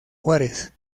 juárez